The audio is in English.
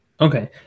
Okay